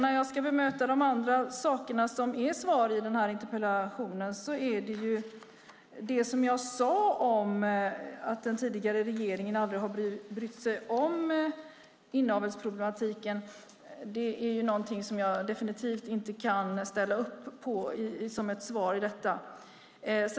När jag ska bemöta de andra sakerna i svaret på denna interpellation är det som jag sade om att den tidigare regeringen aldrig har brytt sig om inavelsproblematiken någonting som jag definitivt inte kan ställa upp på som ett svar i detta.